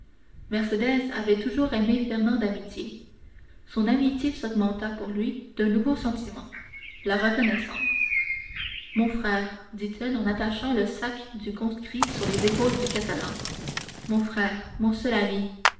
dévouement mercédès avait toujours aimé fernand d'amitié son amitié s'augmenta pour lui d'un nouveau sentiment la reconnaissance mon frère dit-elle en attachant le sac du conscrit sur les épaules du catalan mon frère mon seul ami